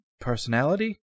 personality